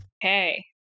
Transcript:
Hey